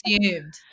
assumed